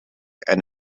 and